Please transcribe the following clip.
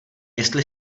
jestli